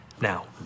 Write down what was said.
Now